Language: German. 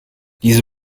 diese